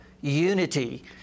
unity